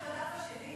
תראה מה יש בדף השני.